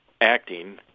acting